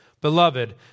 Beloved